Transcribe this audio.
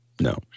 No